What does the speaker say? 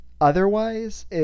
otherwise